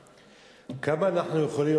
כמה אנחנו יכולים,